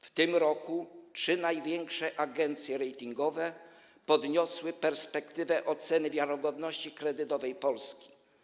W tym roku trzy największe agencje ratingowe podniosły perspektywę oceny wiarygodności kredytowej Polski.